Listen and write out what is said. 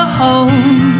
home